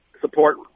support